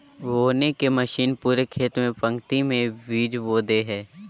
बोने के मशीन पूरे खेत में पंक्ति में बीज बो दे हइ